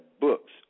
books